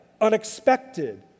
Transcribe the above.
unexpected